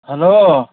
hello